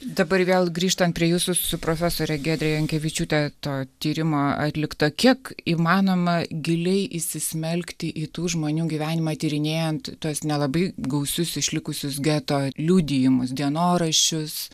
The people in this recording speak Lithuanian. dabar vėl grįžtant prie jūsų su profesore giedre jankevičiūte to tyrimo atlikto kiek įmanoma giliai įsismelkti į tų žmonių gyvenimą tyrinėjant tuos nelabai gausius išlikusius geto liudijimus dienoraščius